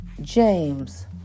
James